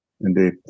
Indeed